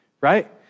Right